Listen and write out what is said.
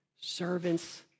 servants